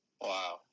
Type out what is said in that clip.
Wow